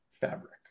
fabric